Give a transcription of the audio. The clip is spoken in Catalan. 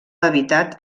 habitat